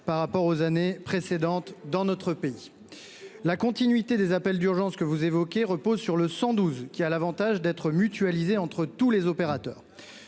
par rapport aux années précédentes dans notre pays. La continuité des appels d'urgence que vous évoquez repose sur le 112 qui a l'Avantage d'être mutualisées entre tous les opérateurs.